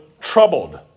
troubled